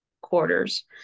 quarters